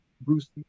Bruce